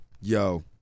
yo